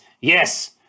yes